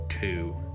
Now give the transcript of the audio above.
two